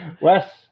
Wes